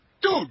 Dude